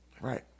Right